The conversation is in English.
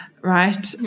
right